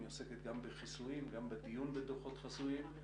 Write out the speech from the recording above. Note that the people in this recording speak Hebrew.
היא עוסקת גם בחיסויים, גם בדיון בדוחות חסויים.